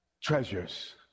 treasures